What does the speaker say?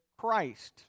Christ